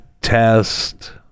test